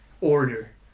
order